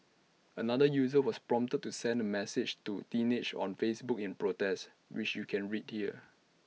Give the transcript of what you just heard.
another user was prompted to send A message to teenage on Facebook in protest which you can read here